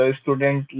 student